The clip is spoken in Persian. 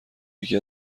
یکی